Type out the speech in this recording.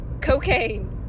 Cocaine